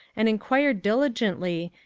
and enquired diligently,